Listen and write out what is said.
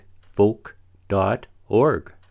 Folk.org